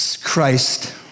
Christ